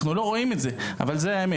אנחנו לא רואים את זה, אבל זו האמת.